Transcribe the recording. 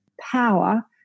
power